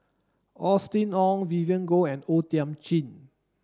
Austen Ong Vivien Goh and O Thiam Chin